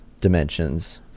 dimensions